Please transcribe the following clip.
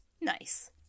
Nice